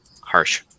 harsh